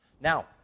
Now